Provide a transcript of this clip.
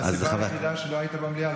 הסיבה היחידה שלא היית במליאה,